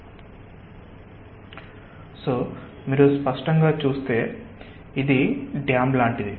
కాబట్టి మీరు స్పష్టంగా చూస్తే ఇది డ్యామ్ లాంటిది